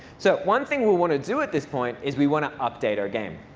so one thing we want to do at this point is we want to update our game.